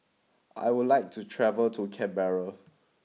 I would like to travel to Canberra